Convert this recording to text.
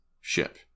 ship